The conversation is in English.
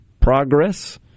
progress